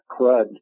crud